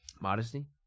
modesty